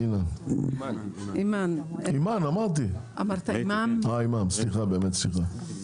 אימאן, סליחה, באמת סליחה.